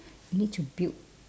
you need to build